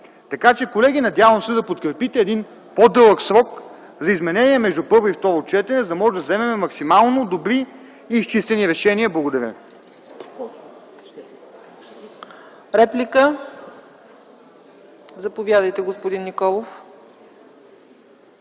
прави. Колеги, надявам се да подкрепите един по-дълъг срок за предложения между първо и второ четене, за да можем да вземем максимално добри и изчистени решения. Благодаря.